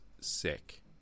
Sick